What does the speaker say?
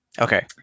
Okay